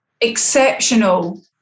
exceptional